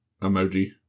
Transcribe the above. emoji